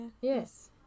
yes